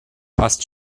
passt